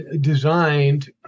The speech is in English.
designed